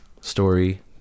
story